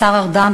השר ארדן,